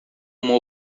uma